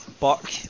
Buck